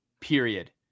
period